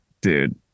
dude